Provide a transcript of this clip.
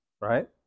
right